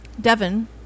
Devon